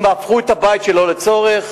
אם הפכו את הבית שלא לצורך.